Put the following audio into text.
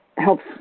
helps